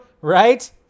right